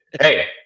Hey